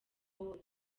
wose